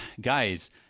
Guys